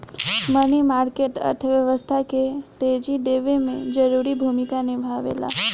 मनी market अर्थव्यवस्था के तेजी देवे में जरूरी भूमिका निभावेला